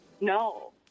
No